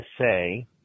say